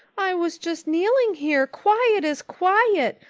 i was just kneeling here, quiet as quiet,